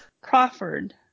Crawford